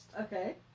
Okay